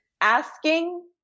asking